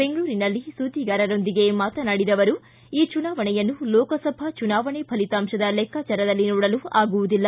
ಬೆಂಗಳೂರಿನಲ್ಲಿ ಸುದ್ದಿಗಾರೊಂದಿಗೆ ಮಾತನಾಡಿದ ಅವರು ಈ ಚುನಾವಣೆಯನ್ನು ಲೋಕಸಭಾ ಚುನಾವಣೆ ಫಲಿತಾಂಶದ ಲೆಕ್ಕಾಚಾರದಲ್ಲಿ ನೋಡಲು ಆಗುವುದಿಲ್ಲ